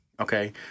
Okay